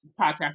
podcast